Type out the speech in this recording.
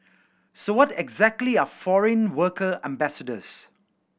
so what exactly are foreign worker ambassadors